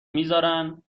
میذارن